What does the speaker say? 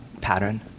pattern